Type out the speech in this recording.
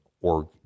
org